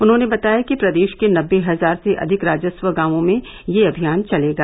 उन्होंने बताया कि प्रदेश के नब्बे हजार से अधिक राजस्व गांवों में यह अभियान चलेगा